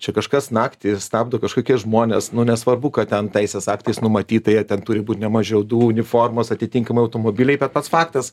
čia kažkas naktį stabdo kažkokie žmonės nu nesvarbu ką ten teisės aktais numatyta jie ten turi būti ne mažiau du uniformos atitinkamai automobiliai bet pats faktas